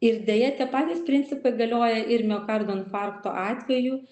ir deja tie patys principai galioja ir miokardo infarkto atveju